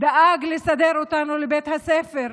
דאג לסדר אותנו לבית הספר.